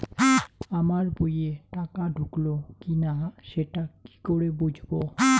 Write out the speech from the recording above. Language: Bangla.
আমার বইয়ে টাকা ঢুকলো কি না সেটা কি করে বুঝবো?